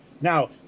Now